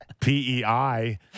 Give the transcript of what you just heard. PEI